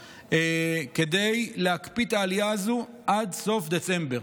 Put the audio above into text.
כדי להקפיא את העלייה הזאת עד סוף דצמבר.